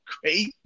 great